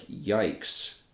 yikes